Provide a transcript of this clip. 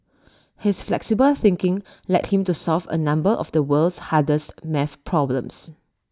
his flexible thinking led him to solve A number of the world's hardest maths problems